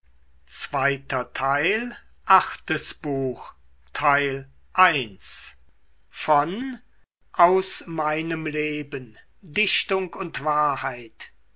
wolfgang goethe aus meinem leben dichtung und wahrheit